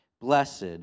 blessed